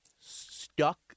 stuck